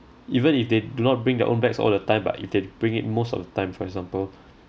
even if they do not bring their own bags all the time but if they bring it most of the time for example